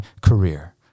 career